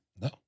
No